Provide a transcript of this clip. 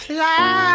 Fly